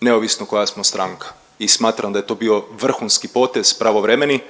neovisno koja smo stranka i smatram da je to bio vrhunski potez pravovremeni